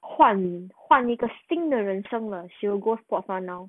换换一个新的人生了 she will go sports [one] now